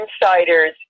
insiders